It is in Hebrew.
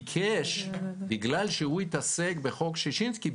בגלל שהוא התעסק בחוק ששינסקי,